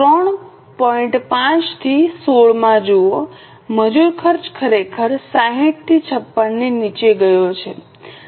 5 થી 16 માં જુઓ મજૂર ખર્ચ ખરેખર 60 થી 56 ની નીચે ગયો છે